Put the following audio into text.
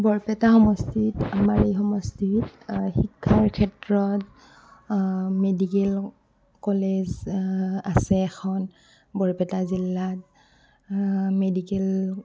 বৰপেটা সমষ্টিত আমাৰ এই সমষ্টি শিক্ষাৰ ক্ষেত্ৰত মেডিকেল কলেজ আছে এখন বৰপেটা জিলাত মেডিকেল